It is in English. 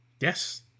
Yes